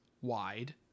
wide